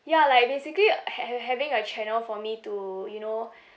ya like basically ha~ ha~ having a channel for me to you know